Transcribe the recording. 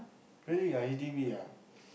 really ah H_D_B ah